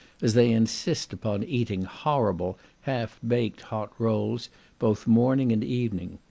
as they insist upon eating horrible half-baked hot rolls both morning and evening.